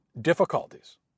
difficulties